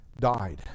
died